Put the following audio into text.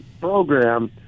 program